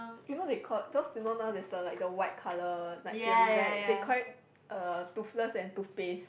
you know they called because you know now there's the like the white colour Night-Fury right they call it uh Toothless and Toothpaste